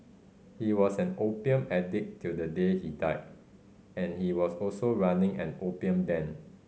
he was an opium addict till the day he died and he was also running an opium den